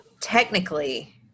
technically